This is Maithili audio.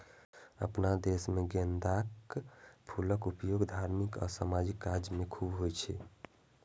अपना देश मे गेंदाक फूलक उपयोग धार्मिक आ सामाजिक काज मे खूब होइ छै